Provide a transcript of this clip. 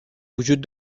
وجود